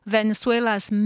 Venezuela's